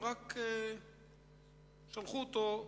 והם רק שלחו אותו,